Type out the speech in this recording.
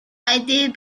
idea